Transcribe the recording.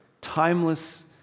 timeless